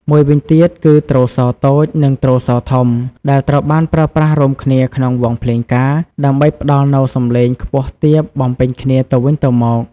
មួយវិញទៀតគឺ ទ្រសោតូច និង ទ្រសោធំ ដែលត្រូវបានប្រើប្រាស់រួមគ្នាក្នុងវង់ភ្លេងការ ដើម្បីផ្តល់នូវសំឡេងខ្ពស់ទាបបំពេញគ្នាទៅវិញទៅមក។